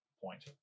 point